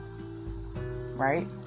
Right